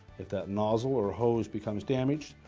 if that nozzle or hose becomes damaged,